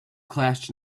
clashed